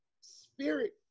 spirit